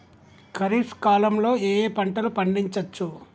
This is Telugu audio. ఖరీఫ్ కాలంలో ఏ ఏ పంటలు పండించచ్చు?